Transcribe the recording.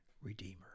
redeemer